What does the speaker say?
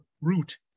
root